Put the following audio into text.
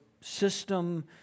system